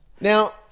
Now